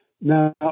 Now